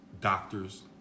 Doctors